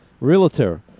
realtor